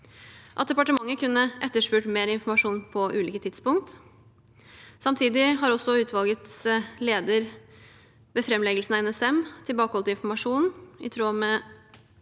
Departementet kunne etterspurt mer informasjon på ulike tidspunkt. Samtidig har også utvalgets leder ved framleggelsen påpekt at NSM tilbakeholdt informasjon: «NSM